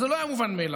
וזה לא היה מובן מאליו.